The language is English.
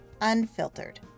Unfiltered